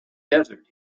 desert